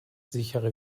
sichere